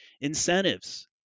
Incentives